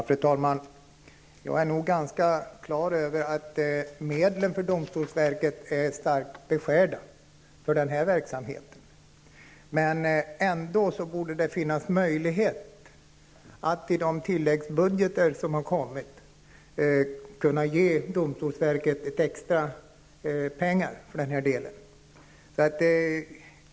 Fru talman! Jag är ganska klar över att domstolsverkets medel för denna verksamhet är starkt beskärda. Men det borde ändå finnas möjlighet att i de tilläggsbudgetar som kommer kunna ge domstolsverket extra medel för denna del.